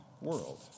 world